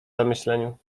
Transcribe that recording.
zamyśleniu